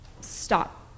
Stop